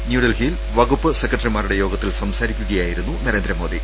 ന്യൂഡൽഹിയിൽ വകുപ്പ് സെക്രട്ടറിമാരുടെ യോഗത്തിൽ സംസാരിക്കുകയായിരുന്നു നരേന്ദ്രമോദി